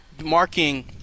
marking